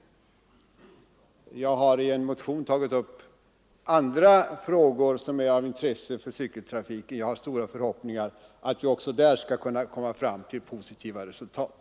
Jag har också i en motion tagit upp andra frågor som är av intresse för cykeltrafiken, och jag har stora förhoppningar om att vi även där skall kunna kom ma fram till positiva resultat.